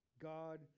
God